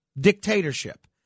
dictatorship